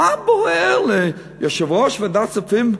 מה בוער ליושב-ראש ועדת הכספים,